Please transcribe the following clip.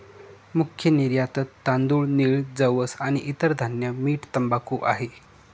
मुख्य निर्यातत तांदूळ, नीळ, जवस आणि इतर धान्य, मीठ, तंबाखू आहे